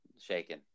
shaking